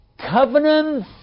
covenant